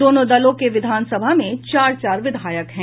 दोनों दलों के विधानसभा में चार चार विधायक हैं